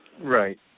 Right